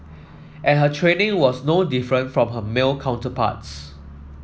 and her training was no different from her male counterparts